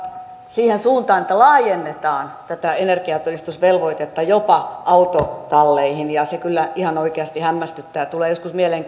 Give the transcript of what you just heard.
siihen suuntaan että laajennetaan tätä energiatodistusvelvoitetta jopa autotalleihin se kyllä ihan oikeasti hämmästyttää tulee joskus mieleen